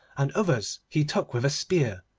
and others he took with a spear.